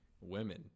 women